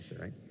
right